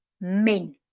men